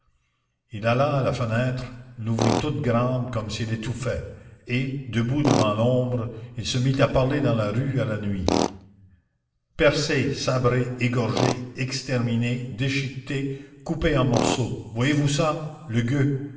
il alla à la fenêtre l'ouvrit toute grande comme s'il étouffait et debout devant l'ombre il se mit à parler dans la rue à la nuit percé sabré égorgé exterminé déchiqueté coupé en morceaux voyez-vous ça le gueux